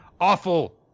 awful